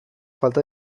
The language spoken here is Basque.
falta